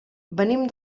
venim